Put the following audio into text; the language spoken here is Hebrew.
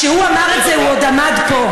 כשהוא אמר את זה הוא עוד עמד פה.